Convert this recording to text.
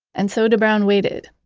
and so de bruijn waited.